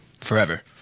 forever